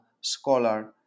scholar